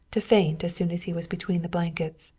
to faint as soon as he was between the blankets.